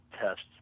tests